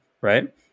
right